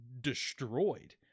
destroyed